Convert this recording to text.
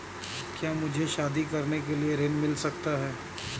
क्या मुझे शादी करने के लिए ऋण मिल सकता है?